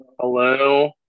Hello